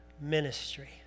ministry